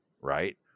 Right